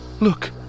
Look